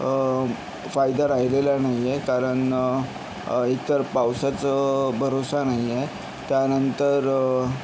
फायदा राहिलेला नाही आहे कारण एकतर पावसाचं भरोसा नाही आहे त्यानंतर